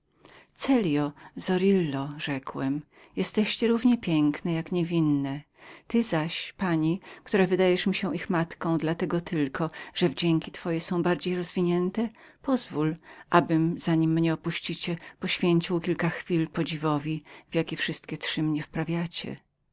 celjo zorillo rzekłem jesteście równio piękne jak niewinne ty zaś pani która wydajesz się ich matką dla tego tylko że wdzięki twoje są bardziej rozwinięte pozwól abym zanim mnie opuścicie poświęcił kilka chwil podziwieniu w jakie wszystkie trzy mnie wprawiacie w